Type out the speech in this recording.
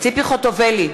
ציפי חוטובלי,